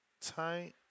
Tight